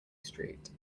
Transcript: street